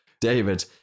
David